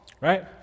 right